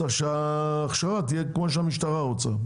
צריך שההכשרה תהיה כמו שהמשטרה רוצה.